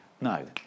no